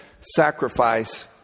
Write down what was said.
sacrifice